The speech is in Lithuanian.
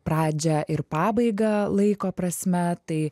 pradžią ir pabaigą laiko prasme tai